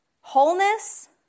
wholeness